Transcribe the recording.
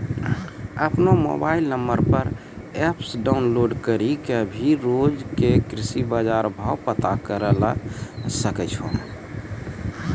आपनो mobile number पर app download करी कॅ भी रोज के कृषि बाजार भाव पता करै ल सकै छो